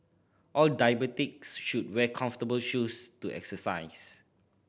all diabetics should wear comfortable shoes to exercise